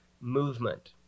Movement